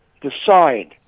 decide